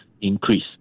increase